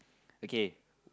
okay